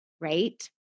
right